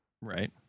Right